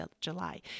July